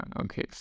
okay